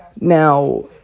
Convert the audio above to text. Now